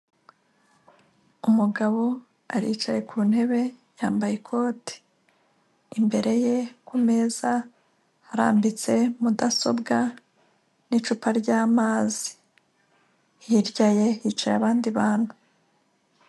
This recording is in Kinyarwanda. Umugabo aricaye ku ntebe, yambaye ikote. Imbere ye ku meza harambitse mudasobwa n'icupa ry'amazi. Hirya ye hicaye abandi bantu.